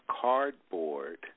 cardboard